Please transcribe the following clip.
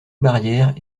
barrière